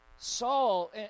Saul